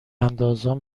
اندازان